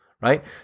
right